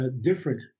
different